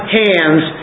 hands